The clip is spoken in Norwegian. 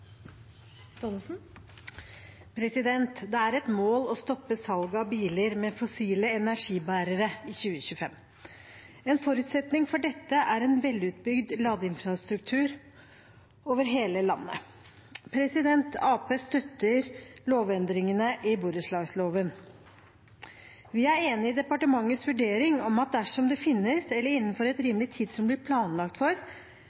mål å stoppe salget av biler med fossile energibærere i 2025. En forutsetning for dette er en velutbygd ladeinfrastruktur over hele landet. Arbeiderpartiet støtter lovendringene i borettslagsloven. Vi er enig i departementets vurdering om at dersom det finnes, eller innenfor et rimelig tidsrom blir planlagt for,